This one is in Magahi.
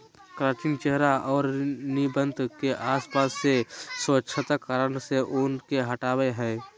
क्रचिंग चेहरा आर नितंब के आसपास से स्वच्छता कारण से ऊन के हटावय हइ